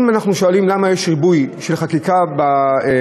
אם אנחנו שואלים למה יש ריבוי של חקיקה בכנסת,